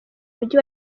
mujyi